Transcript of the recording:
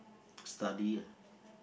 study